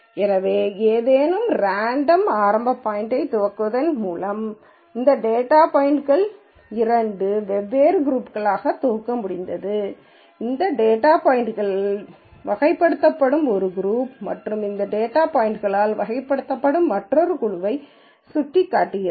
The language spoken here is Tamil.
எனவே ஏதேனும் ரேண்டம் ஆரம்ப பாய்ன்ட்யில் தொடங்குவதன் மூலம் இந்த டேட்டா பாய்ன்ட்களை இரண்டு வெவ்வேறு குரூப்களாக தொகுக்க முடிந்தது இந்த டேட்டா பாய்ன்ட்களால் வகைப்படுத்தப்படும் ஒரு குரூப் மற்றும் இந்த டேட்டா பாய்ன்ட்களால் வகைப்படுத்தப்படும் மற்றொரு குழுவை சுட்டிக்காட்டுகிறது